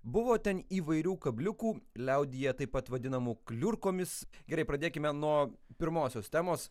buvo ten įvairių kabliukų liaudyje taip pat vadinamų kliurkomis gerai pradėkime nuo pirmosios temos